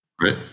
right